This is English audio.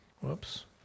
Whoops